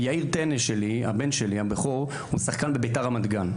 יאיר טנא, הבן שלי הבכור הוא שחקן בבית"ר רמת-גן.